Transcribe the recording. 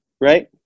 right